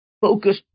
focus